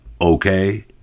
Okay